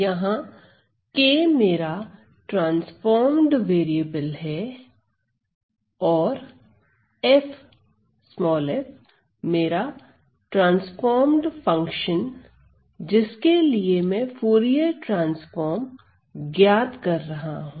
यहां k मेरा transformed variable है और f मेरा ट्रांसफॉर्म्ड फंक्शन जिसके लिए मैं फूरिये ट्रांसफॉर्म ज्ञात कर रहा हूं